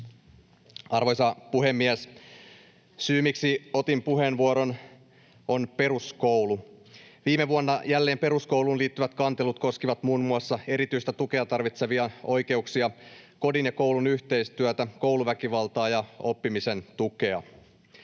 Arvoisa puhemies! Syy, miksi otin puheenvuoron, on peruskoulu. Viime vuonna jälleen peruskouluun liittyvät kantelut koskivat muun muassa erityistä tukea tarvitsevien oikeuksia, kodin ja koulun yhteistyötä, kouluväkivaltaa ja oppimisen tukea.